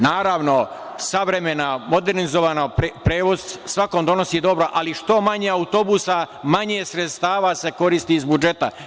Naravno, savremeni modernizovani prevoz svakom donosi dobro, ali što manje autobusa manje sredstava se koristi iz budžeta.